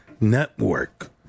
Network